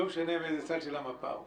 לא משנה מאיזה צד של המפה הוא.